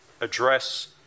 address